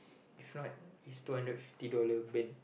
if not it's two hundred fifty dollars burned